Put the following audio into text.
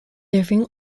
living